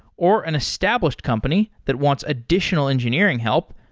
or an established company that wants additional engineering help,